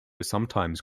sometimes